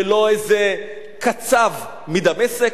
ולא איזה קצב מדמשק,